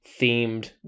themed